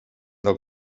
del